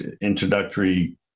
introductory